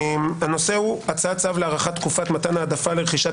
הנושא הוא הצעת צו להארכת תקופת מתן העדפה לרכישת